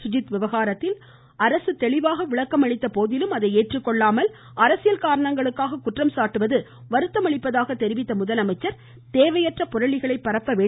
சுஜித் விவகாரத்தில் அரசு தெளிவாக விளக்கம் அளித்தபோதிலும் அதை ஏற்றுக்கொள்ளாமல் அரசியல் காரணங்களுக்காக குற்றம் சாட்டுவது வருத்தம் அளிப்பதாக தெரிவித்த முதலமைச்சர் தேவையற்ற புரளிகளை பரப்பவேண்டாம் என்றும் கேட்டுக்கொண்டார்